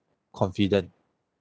confident